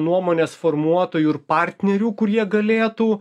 nuomonės formuotojų ir partnerių kurie galėtų